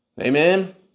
Amen